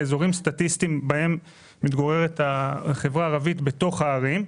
אזורים סטטיסטיים שבהם מתגוררת החברה הערבית בתוך הערים.